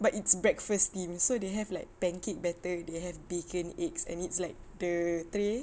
but it's breakfast theme so they have like pancake batter they have bacon eggs and it's like the three